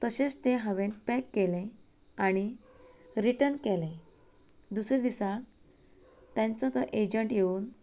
तशेंच ते हांवेन पेक केलें आनी रिटर्न केलें दुसरें दिसाक तांचो तो एजंट येवन